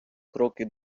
кроки